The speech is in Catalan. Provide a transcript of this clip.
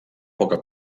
poca